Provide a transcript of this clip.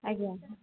ଆଜ୍ଞା